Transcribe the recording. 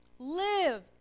Live